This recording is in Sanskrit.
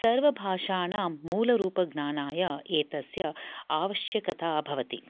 सर्वभाषाणां मूलरूपज्ञानाय एतस्य आवश्यकता भवति